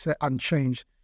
unchanged